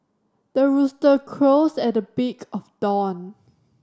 the rooster crows at the break of dawn